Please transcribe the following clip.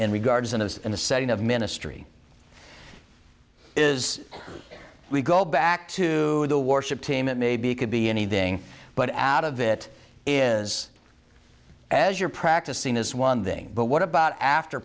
in regards of in the setting of ministry is we go back to the war ship team it may be could be anything but out of it is as you're practicing is one thing but what about after